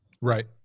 Right